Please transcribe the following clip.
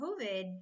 COVID